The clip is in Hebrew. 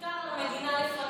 שמותר למדינה לפנות,